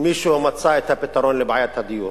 מישהו מצא את הפתרון לבעיית הדיור.